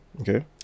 okay